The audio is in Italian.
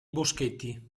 boschetti